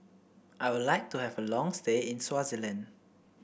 I would like to have a long stay in Swaziland